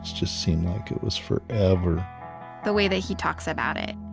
just seemed like it was forever, the way that he talks about it.